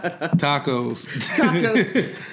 Tacos